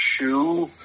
Shoe